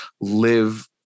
live